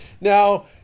now